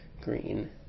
green